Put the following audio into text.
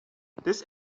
this